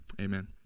Amen